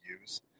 use